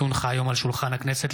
כי הונחו היום על שולחן הכנסת,